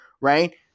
Right